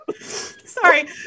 sorry